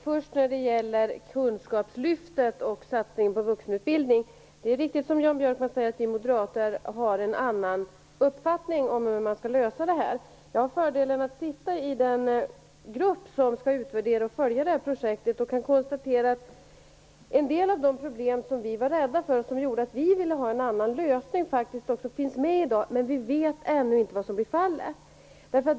Fru talman! Det är riktigt som Jan Björkman säger, dvs. att vi moderater har en annan uppfattning om hur man skall lösa problemen med kunskapslyftet och satsning på vuxenutbildning. Jag har fördelen att sitta i den grupp som skall utvärdera och följa projektet och kan konstatera att en del av de problem som vi var rädda för och som gjorde att vi ville ha en annan lösning faktiskt också finns med i dag, men vi vet ännu inte vad som blir fallet.